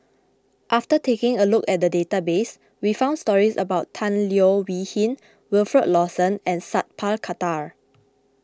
after taking a look at the database we found stories about Tan Leo Wee Hin Wilfed Lawson and Sat Pal Khattar